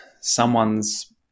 someone's